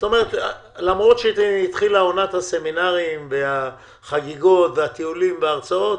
למרות שהתחילה עונת הסמינרים והחגיגות והטיולים וההרצאות,